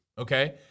okay